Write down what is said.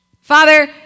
Father